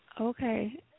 Okay